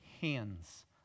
Hands